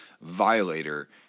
violator